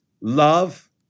love